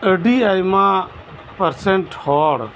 ᱟᱹᱰᱤ ᱟᱭᱢᱟ ᱯᱟᱨᱥᱮᱱᱴ ᱦᱚᱲ